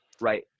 Right